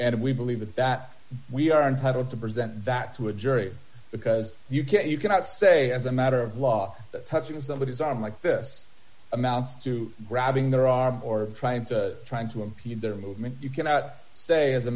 and we believe that that we are entitled to present that to a jury because you can't you cannot say as a matter of law that touching somebody is on like this amounts to grabbing their arm or trying to trying to impede their movement you cannot say as a